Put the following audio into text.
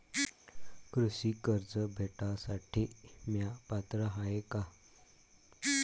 कृषी कर्ज भेटासाठी म्या पात्र हाय का?